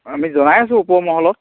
আমি জনাই আছো ওপৰ মহলত